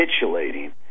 capitulating